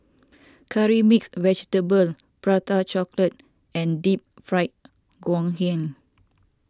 Curry Mixed Vegetable Prata Chocolate and Deep Fried Ngoh Hiang